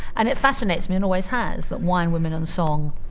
and it fascinates me and always has that wine, women and song,